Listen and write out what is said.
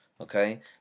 Okay